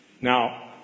Now